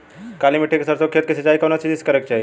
काली मिट्टी के सरसों के खेत क सिंचाई कवने चीज़से करेके चाही?